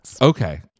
Okay